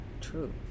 true